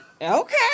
okay